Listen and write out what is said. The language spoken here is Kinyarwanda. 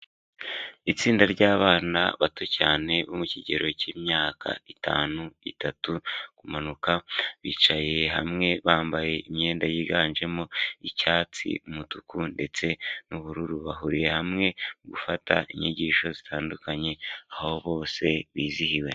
Itsinda ry'abana bato cyane bo mu kigero cy'imyaka itanu, itatu, kumanuka, bicaye hamwe bambaye imyenda yiganjemo icyatsi, umutuku ndetse n'ubururu bahuriye hamwe gufata inyigisho zitandukanye aho bose bizihiwe.